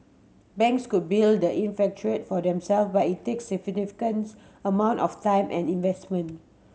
banks could build that infrastructure for themselves but it takes significant amounts of time and investment